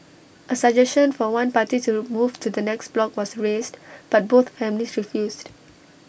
A suggestion for one party to the move to the next block was raised but both families refused